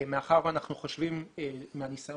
מאחר ואנחנו חושבים מהניסיון